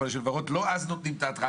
לא אז נותנים את ההתראה.